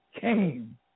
came